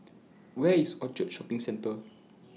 Where IS Orchard Shopping Centre